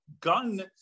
gun